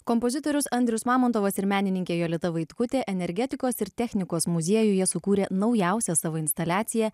kompozitorius andrius mamontovas ir menininkė jolita vaitkutė energetikos ir technikos muziejuje sukūrė naujausią savo instaliaciją